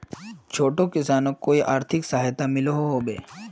छोटो किसानोक कोई आर्थिक सहायता मिलोहो होबे?